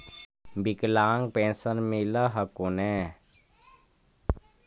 विकलांग पेन्शन मिल हको ने?